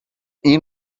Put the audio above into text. این